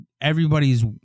everybody's